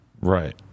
Right